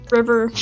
River